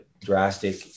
drastic